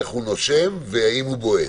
איך הוא נושם והאם הוא בועט.